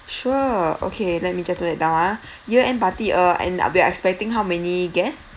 sure okay let me just jot it down ah year end party uh and we are expecting how many guests